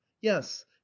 Yes